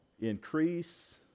Increase